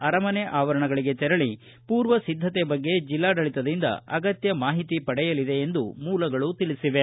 ಅರಮನೆ ಆವರಣಗಳಿಗೆ ತೆರಳಿ ಪೂರ್ವಸಿದ್ದಕೆ ಬಗ್ಗೆ ಜಿಲ್ಲಾಡಳಿತದಿಂದ ಅಗತ್ಯ ಮಾಹಿತಿ ಪಡೆಯಲಿದೆ ಎಂದು ಮೂಲಗಳು ತಿಳಿಸಿವೆ